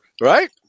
right